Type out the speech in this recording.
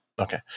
okay